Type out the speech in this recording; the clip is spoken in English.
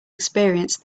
experience